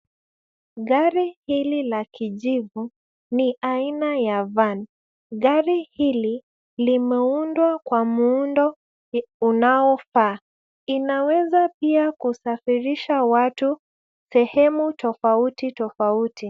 Gari hili la kijivu ni aina ya van. Gari hili limeundwa kwa muundo unaofaa, inaweza pia kusafirisha watu sehemu tofautitofauti.